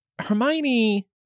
Hermione